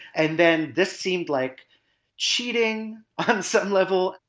and then this seemed like cheating on some level?